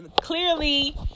clearly